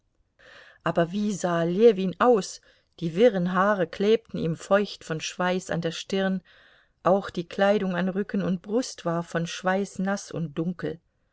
aber wie sah ljewin aus die wirren haare klebten ihm feucht von schweiß an der stirn auch die kleidung an rücken und brust war von schweiß naß und dunkel